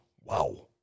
Wow